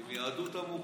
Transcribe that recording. עם יהדות עמוקה.